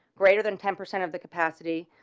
greater than ten percent of the capacity,